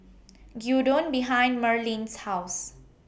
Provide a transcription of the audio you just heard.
Gyudon behind Merlene's House